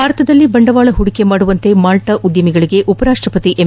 ಭಾರತದಲ್ಲಿ ಬಂಡವಾಳ ಹೂಡಿಕೆ ಮಾಡುವಂತೆ ಮಾಲ್ಲಾ ಉದ್ದಮಿಗಳಿಗೆ ಉಪ ರಾಷ್ಷಪತಿ ಎಂ